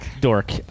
Dork